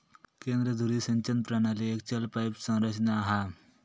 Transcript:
केंद्र धुरी सिंचन प्रणाली एक चल पाईप संरचना हा